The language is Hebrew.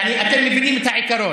יעני, אתם מבינים את העיקרון.